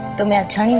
the matter?